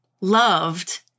loved